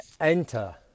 enter